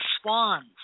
swans